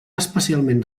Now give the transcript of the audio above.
especialment